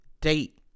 date